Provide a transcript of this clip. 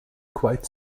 quite